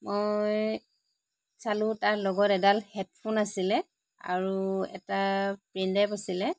মই চালোঁ তাৰ লগত এডাল হেডফোন আছিল আৰু এটা পেন ড্ৰাইভ আছিল